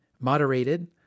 moderated